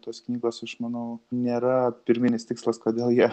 tos knygos aš manau nėra pirminis tikslas kodėl jie